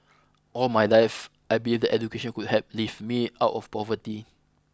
all my life I believed that education could help lift me out of poverty